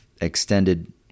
extended